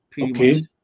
Okay